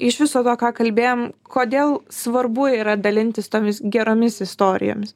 iš viso to ką kalbėjom kodėl svarbu yra dalintis tomis geromis istorijomis